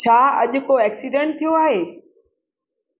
छा अॼु को एक्सिडेंट थियो आहे